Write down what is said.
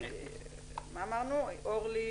אמרו,